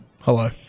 Hello